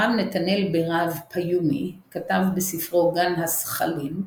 הרב נתנאל בירב פיומי כתב בספרו גן השכלים,